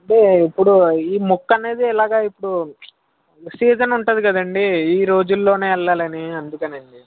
అంటే ఇప్పుడు ఈ మొక్కునేది ఎలాగ ఇప్పుడు సీజన్ ఉంటుంది కదండీ ఈరోజుల్లోనే వెళ్ళాలని అందుకనండి